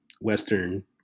Western